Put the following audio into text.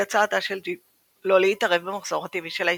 הצעתה של ג'ין לא להתערב במחזור הטבעי של האישה.